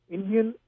Indian